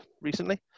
recently